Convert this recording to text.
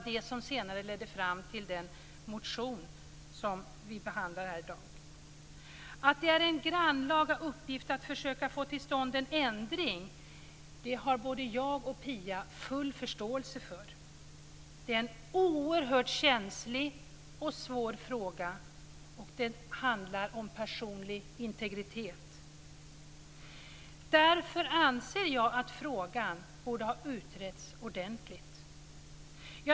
Det här ledde senare fram till den motion som vi i dag behandlar. Att det är en grannlaga uppgift att försöka få till stånd en ändring har både jag och Pia full förståelse för. Frågan är oerhört svår och känslig och handlar om personlig integritet. Därför anser jag att frågan borde ha utretts ordentligt.